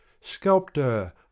sculptor